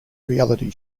reality